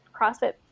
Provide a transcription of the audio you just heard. CrossFit